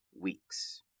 weeks